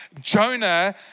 Jonah